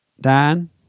Dan